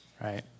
right